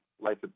Life